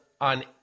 on